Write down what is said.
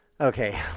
Okay